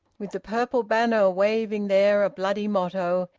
with the purple banner waving there a bloody motto,